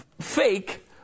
fake